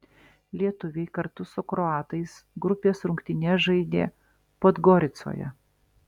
lietuviai kartu su kroatais grupės rungtynes žaidė podgoricoje